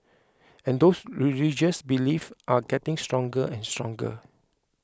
and those religious belief are getting stronger and stronger